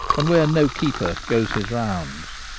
and where no keeper goes his rounds.